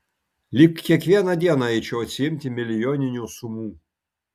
lyg kiekvieną dieną eičiau atsiimti milijoninių sumų